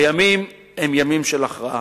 הימים הם ימים של הכרעה.